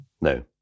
No